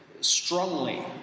strongly